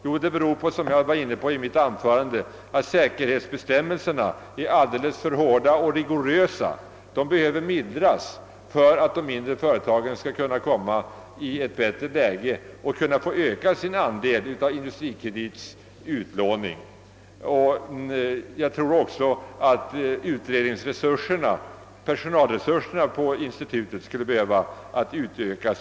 Jo, som jag sade i mitt förra anförande är orsaken att säkerhetsbestämmelserna är alldeles för hårda och för rigorösa. De behöver mildras, om de mindre företagen skall komma i ett bättre läge och få en större andel av institutets utlåning. Jag tror också att personalresurserna vid institutet behöver utökas.